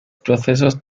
procesos